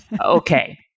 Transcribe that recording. okay